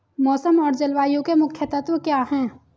मौसम और जलवायु के मुख्य तत्व क्या हैं?